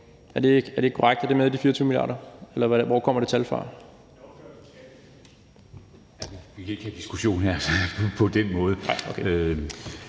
Er det ikke korrekt? Er det med i de 24 mia. kr., eller hvor kommer det tal fra? (Formanden: Vi kan ikke have diskussion her på den måde.)